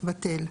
בטל,